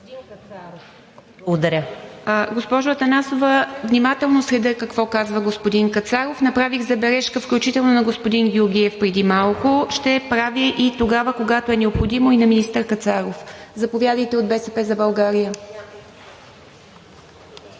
ИВА МИТЕВА: Госпожо Атанасова, внимателно следя какво казва господин Кацаров. Направих забележка, включително на господин Георгиев преди малко. Ще правя и тогава, когато е необходимо, и на министър Кацаров. Заповядайте, от „БСП за България“.